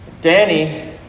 Danny